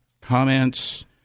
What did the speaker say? comments